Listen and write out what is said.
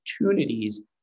opportunities